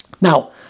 Now